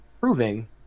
proving